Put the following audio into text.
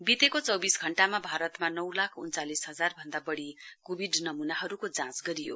वितेको चौविस घण्टामा भारतमा नौ लाख उन्चालिस हजार भन्दा बढ़ी कोविड नमूनाहरुको जाँच गरियो